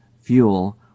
fuel